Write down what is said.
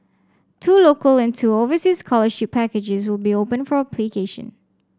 two local and two overseas scholarship packages will be open for application